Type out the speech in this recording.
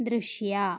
ದ್ರಶ್ಯ